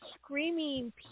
screaming